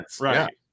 right